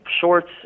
shorts